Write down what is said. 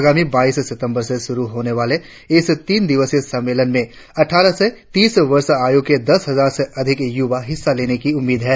आगामी बाइस सितम्बर को शुरु होने वाले इस तीन दिवसीय सम्मेलन में अठ्ठारह से तीस वर्ष आयु के दस हजार से अधिक युवाओ के हिस्सा लेने की उम्मीद है